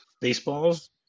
Baseballs